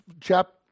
chapter